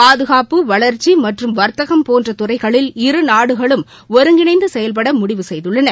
பாதுகாப்டு வளர்ச்சி மற்றும் வர்த்தகம் போன்ற துறைகளில் இரு நாடுகளும் ஒருங்கிணைந்து செயல்பட முடிவு செய்துள்ளன